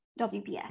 WPS